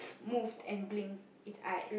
moved and blinked its eyes